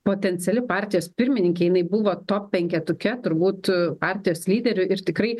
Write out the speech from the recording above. potenciali partijos pirmininkė jinai buvo top penketuke turbūt partijos lyderių ir tikrai